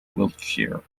wiltshire